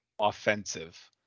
offensive